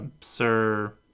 sir